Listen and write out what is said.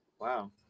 Wow